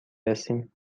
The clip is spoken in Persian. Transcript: رسیم